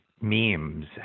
memes